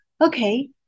Okay